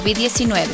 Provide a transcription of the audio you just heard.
COVID-19